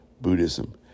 Buddhism